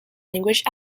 language